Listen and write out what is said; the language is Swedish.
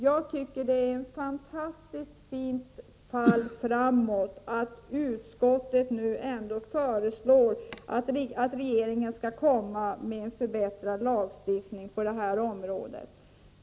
Jag tycker det är ett fantastiskt fint fall framåt att utskottet nu ändå föreslår att regeringen skall komma med en förbättrad lagstiftning på det här området.